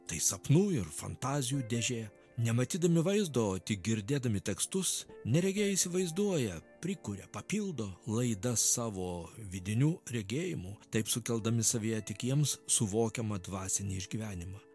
tai sapnų ir fantazijų dėžė nematydami vaizdo tik girdėdami tekstus neregiai įsivaizduoja prikuria papildo laidas savo vidiniu regėjimu taip sukeldami savyje tik jiems suvokiamą dvasinį išgyvenimą